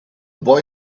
boy